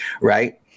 Right